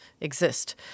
exist